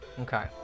Okay